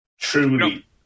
Truly